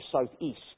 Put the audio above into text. south-east